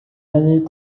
années